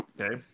Okay